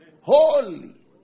Holy